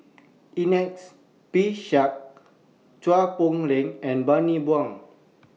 Ernest P Shanks Chua Poh Leng and Bani Buang